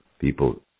people